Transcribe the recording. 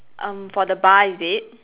um for the bar is it